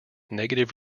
negative